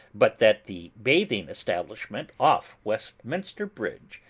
but that the bathing establishment off westminster bridge,